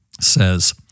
says